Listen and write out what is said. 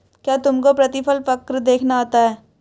क्या तुमको प्रतिफल वक्र देखना आता है?